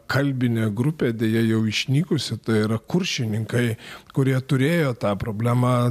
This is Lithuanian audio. kalbinė grupė deja jau išnykusi tai yra kuršininkai kurie turėjo tą problemą